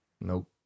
Nope